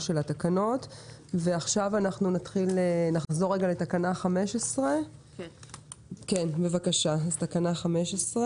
של התקנות ועכשיו נחזור לתקנה 15. אשר